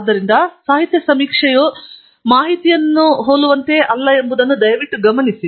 ಆದ್ದರಿಂದ ಸಾಹಿತ್ಯ ಸಮೀಕ್ಷೆಯು ಮಾಹಿತಿಯನ್ನೇ ಹೋಲುವಂತೆಯೇ ಅಲ್ಲ ಎಂಬುದನ್ನು ದಯವಿಟ್ಟು ಗಮನಿಸಿ